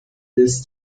less